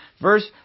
Verse